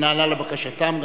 שנענה לבקשותיהם.